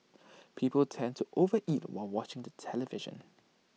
people tend to over eat while watching the television